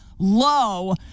low